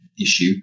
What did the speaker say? issue